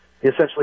essentially